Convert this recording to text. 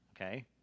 okay